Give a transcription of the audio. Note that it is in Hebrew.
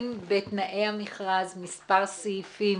בתנאי המכרז מספר סעיפים